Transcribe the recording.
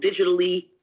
digitally